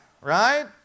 right